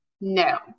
no